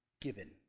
given